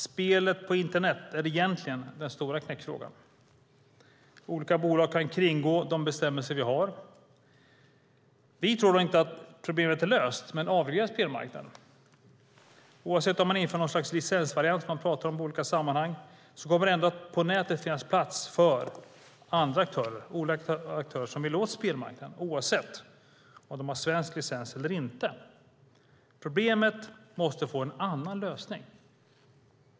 Spelandet på internet är egentligen den stora knäckfrågan. Olika bolag kan kringgå de bestämmelser vi har. Vi tror dock inte att en avreglerad spelmarknad löser problemet. Även om man inför något slags licensvariant, som man pratar om i olika sammanhang, kommer nätet att vara en plats för olika aktörer som vill åt spelmarknaden, oavsett om de har svensk licens eller inte. Problemet måste få en annan lösning.